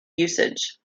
usage